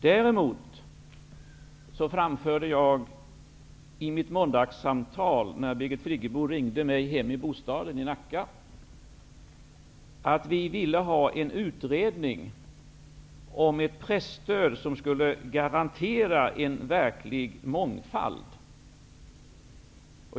Däremot framförde jag i måndags, när Birgit Friggebo ringde mig hem i bostaden i Nacka, att vi socialdemokrater ville att det skulle tillsättas en utredning om ett presstöd som skulle garantera en verklig mångfald.